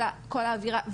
כל האווירה,